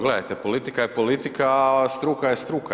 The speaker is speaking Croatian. Gledajte, politika je politika, a struka je struka.